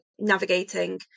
navigating